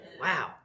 Wow